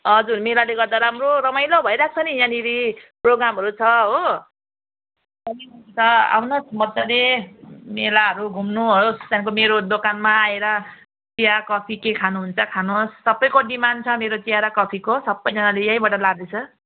हजुर मेलाले गर्दा राम्रो रमाइलो भइरहेको नि यहाँनिर प्रोग्रामहरू छ हो अनि छ आउनुहोस् मजाले मेलाहरू घुम्नुहोस् त्यहाँदेखि मेरो दोकानमा आएर चिया कफी के खानुहुन्छ खानुहोस् सबैको डिमान्ड छ मेरो चिया र कफीको सबैजनाले यहीँबाट लाँदैछ